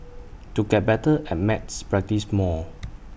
to get better at maths practise more